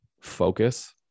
focus